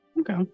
Okay